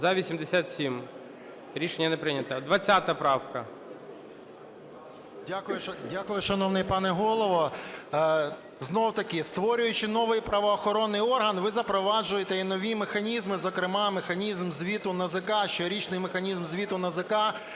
За-87 Рішення не прийнято. 20 правка. 10:30:16 ВЛАСЕНКО С.В. Дякую, шановний пане Голово. Знов-таки, створюючи новий правоохоронний орган, ви запроваджуєте і нові механізми, зокрема механізм звіту НАЗК, щорічний механізм звіту НАЗК,